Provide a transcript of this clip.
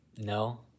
No